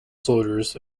soldiers